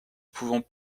pouvons